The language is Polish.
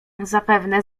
zapewne